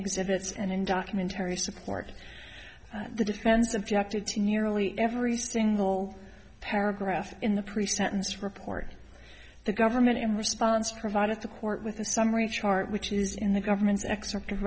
exhibits and in documentary support the defense objected to nearly every single paragraph in the pre sentence report the government in response to provide at the court with a summary chart which is in the government's excerpt